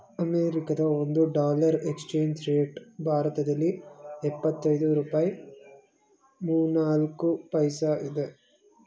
ಅಮೆರಿಕದ ಒಂದು dollar exchange rate ಭಾರತದಲ್ಲಿ ಎಪ್ಪತ್ತೈದು ರೂಪಾಯಿ ಮೂವ್ನಾಲ್ಕು ಪೈಸಾ ಇದೆ